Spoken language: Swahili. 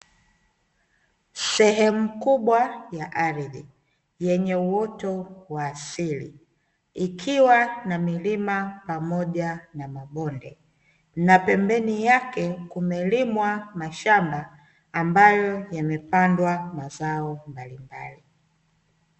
Sehemu kubwa ya ardhi yenye uoto wa asili ikiwa na milima pamoja na mabonde na pembeni yake kumelimwa mashamba ambayo yamepandwa mazao mbalimbali.